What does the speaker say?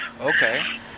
okay